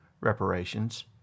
reparations